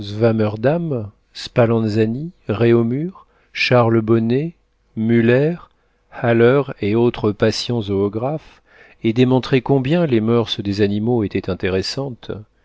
spallanzani réaumur charles bonnet muller haller et autres patients zoographes aient démontré combien les moeurs des animaux étaient intéressantes